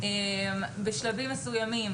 בשלבים מסוימים